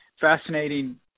fascinating